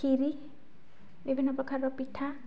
ଖିରି ବିଭିନ୍ନପ୍ରକାରର ପିଠା